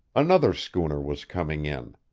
another schooner was coming in.